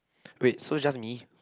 wait so is just me